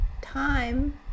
Time